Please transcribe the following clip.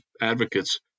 advocates